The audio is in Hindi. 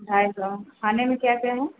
ढाई सौ खाने में क्या क्या है